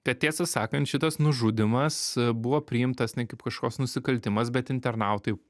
kad tiesą sakant šitas nužudymas buvo priimtas ne kaip kažkoks nusikaltimas bet internautai